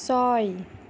ছয়